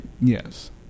yes